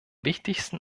wichtigsten